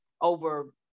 over